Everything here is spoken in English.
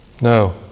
No